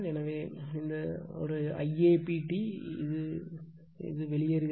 எனவே இந்த ஒரு Ia PT ஐ விட்டு வெளியேறுகிறது